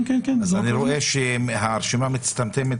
אז אני רואה שהרשימה מצטמצמת,